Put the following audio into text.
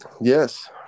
Yes